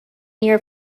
near